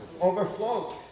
Overflows